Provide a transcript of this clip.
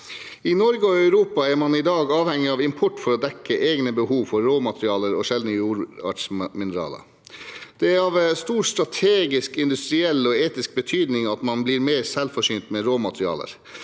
I Norge og Europa er man i dag avhengig av import for å dekke egne behov for råmaterialer og sjeldne jordartsmineraler. Det er av stor strategisk, industriell og etisk betydning at man blir mer selvforsynt med råmaterialer.